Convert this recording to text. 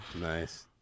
Nice